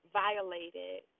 violated